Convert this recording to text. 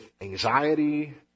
anxiety